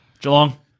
Geelong